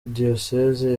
diyoseze